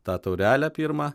tą taurelę pirmą